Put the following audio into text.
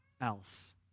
else